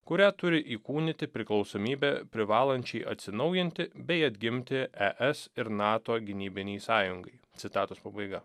kurią turi įkūnyti priklausomybė privalančiai atsinaujinti bei atgimti es ir nato gynybinei sąjungai citatos pabaiga